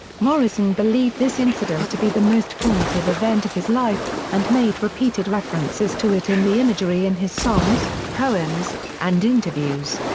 morrison believed this incident to be the most formative event of his life, and made repeated references to it in the imagery in his songs, poems, and interviews.